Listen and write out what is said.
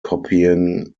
copying